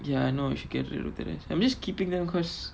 ya I know you should get rid of the rest I'm just keeping them because